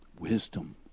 Wisdom